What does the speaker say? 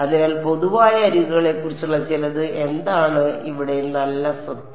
അതിനാൽ പൊതുവായ അരികുകളെക്കുറിച്ചുള്ള ചിലത് എന്താണ് ഇവയുടെ നല്ല സ്വത്ത്